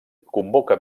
convoca